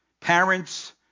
Parents